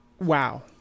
wow